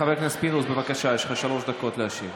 חבר הכנסת פינדרוס, בבקשה, יש לך שלוש דקות להשיב.